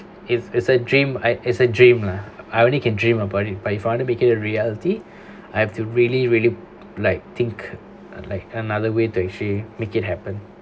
is is a dream I is a dream lah I only can dream about it but if I want to make it a reality I have to really really like think like another way to actually make it happen